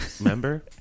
Remember